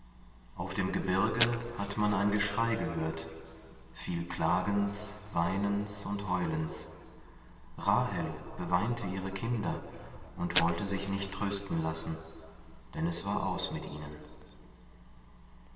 auf dem gebirge hat man ein geschrei gehört viel klagens weinens und heulens rahel beweinte ihre kinder und wollte sich nicht trösten lassen denn es war aus mit ihnen